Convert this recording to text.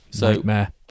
Nightmare